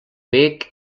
bec